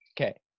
Okay